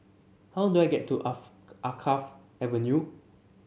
how do I get to Alkaff Avenue